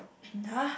!huh!